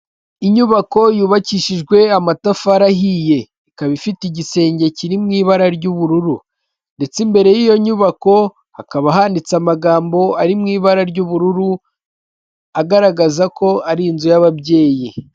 Inyubako yubakishijwe amatafari ahiye, ikaba ifite igisenge kiri mu ibara ry'ubururu ndetse imbere y'iyo nyubako hakaba handitse amagambo ari mu ibara ry'ubururu agaragaza ko ari inzu y'ababyeyi.